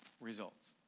results